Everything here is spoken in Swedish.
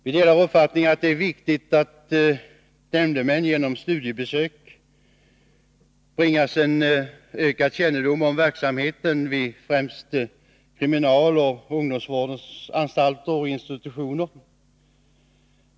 Vi delar uppfattningen att det är viktigt att nämndemän genom studiebesök bibringas bättre kännedom om verksamheten vid främst kriminalanstalter och ungdomsvårdens anstalter och institutioner.